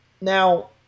now